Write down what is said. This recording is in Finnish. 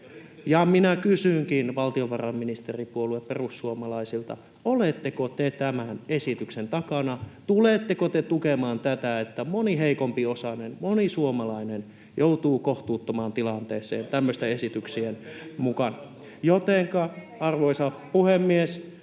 Minä kysynkin valtiovarainministeripuolue perussuomalaisilta: Oletteko te tämän esityksen takana? Tuletteko te tukemaan tätä, että moni heikompiosainen, moni suomalainen joutuu kohtuuttomaan tilanteeseen tämmöisten esityksien mukaan?